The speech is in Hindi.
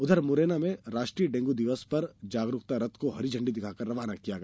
उधर मुरैना में राष्ट्रीय डेंगू दिवस पर जागरूकता रथ को हरी झंडी दिखाकर रवाना किया गया